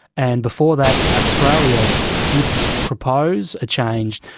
and before that australia did propose a change,